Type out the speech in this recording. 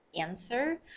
answer